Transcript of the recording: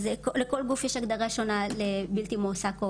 אז לכל גוף יש הגדרה שונה לבלתי מועסק או